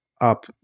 up